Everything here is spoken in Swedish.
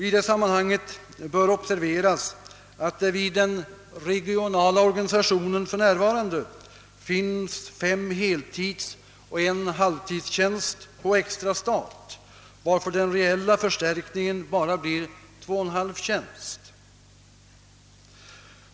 I detta sammanhang bör observeras att det i den regionala organisationen för närvarande finns fem heltidstjänster och en halvtidstjänst på extra stat, varför den reella förstärkningen bara blir 2!/2 tjänst.